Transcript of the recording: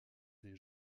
des